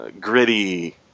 gritty